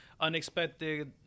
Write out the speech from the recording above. unexpected